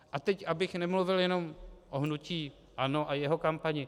A teď abych nemluvil jenom o hnutí ANO a jeho kampani.